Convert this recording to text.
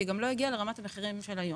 והיא גם לא הגיעה לרמת המחירים של היום.